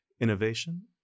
innovation